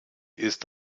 ist